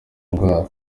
ndwara